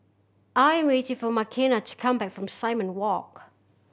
I am waiting for Makenna to come back from Simon Walk